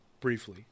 briefly